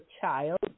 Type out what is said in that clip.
child